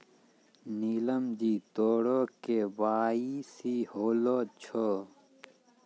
नीलम जी तोरो के.वाई.सी होलो छौं?